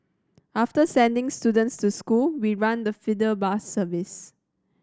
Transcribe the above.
after sending students to school we run the feeder bus service